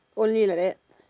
only like that